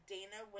Dana